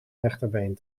rechterbeen